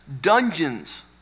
dungeons